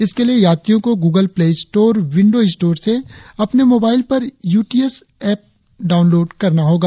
इसके लिए यात्रियों को Google Play Store window store से अपने मोबाइल पर U T S app download करना होगा